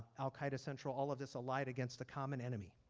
al qaeda central all of this allied against a common enemy.